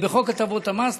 בחוק הטבות המס,